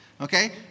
okay